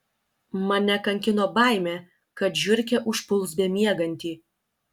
mane kankino baimė kad žiurkė užpuls bemiegantį